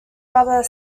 brother